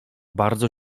bardzo